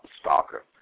stalker